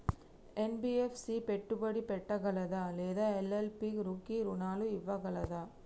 NBFC పెట్టుబడి పెట్టగలదా లేదా ఎల్.ఎల్.పి కి రుణాలు ఇవ్వగలదా?